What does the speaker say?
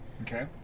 Okay